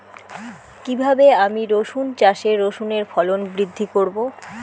কীভাবে আমি রসুন চাষে রসুনের ফলন বৃদ্ধি করব?